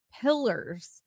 pillars